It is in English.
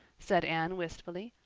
said anne wistfully.